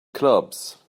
clubs